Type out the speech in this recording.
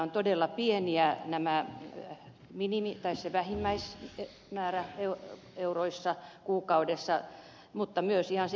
nämä tuet se vähimmäismäärä mutta myös se enimmäismäärä euroissa kuukaudessa ovat todella pieniä